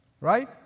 Right